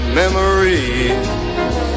memories